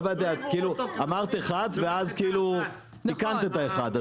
אמרת אחד ואז תיקנת את האחד,